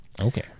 Okay